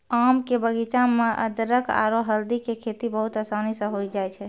आम के बगीचा मॅ अदरख आरो हल्दी के खेती बहुत आसानी स होय जाय छै